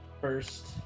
first